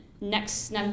next